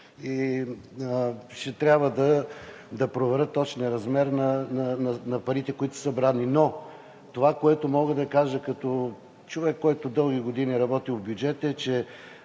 и ще трябва да проверя точния размер на парите, които са събрани. Но това, което мога да кажа като човек, който дълги години е работил в бюджета,